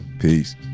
Peace